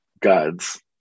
God's